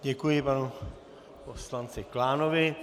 Děkuji panu poslanci Klánovi.